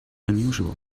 unusual